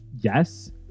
yes